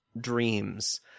dreams